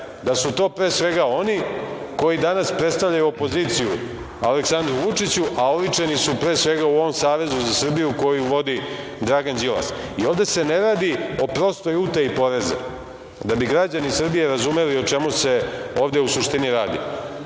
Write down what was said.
da su to pre svega oni koji danas predstavljaju opoziciju Aleksandru Vučiću, a oličeni su pre svega u ovom Savezu za Srbiju koji vodi Dragan Đilas. I ovde se ne radi o prostoj utaji poreza. Da bi građani Srbije razumeli o čemu se ovde u suštini radi,